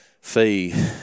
fee